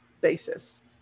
basis